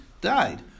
died